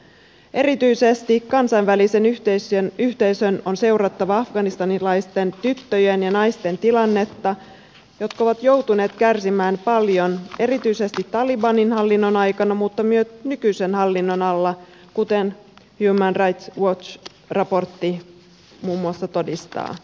erityisesti kansainvälisen yhteisön on seurattava afganistanilaisten tyttöjen ja naisten tilannetta jotka ovat joutuneet kärsimään paljon erityisesti talibanin hallinnon aikana mutta myös nykyisen hallinnon alla kuten human rights watch raportti muun muassa todistaa